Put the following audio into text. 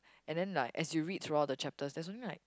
and then like as you read throughout the chapters there's only like